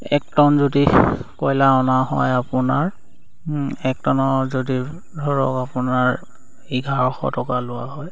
এক টন যদি কয়লা অনা হয় আপোনাৰ এক টনৰ যদি ধৰক আপোনাৰ এঘাৰশ টকা লোৱা হয়